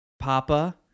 Papa